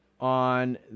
on